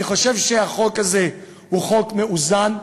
אני חושב שהחוק הזה הוא חוק מאוזן,